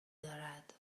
دارد